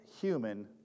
human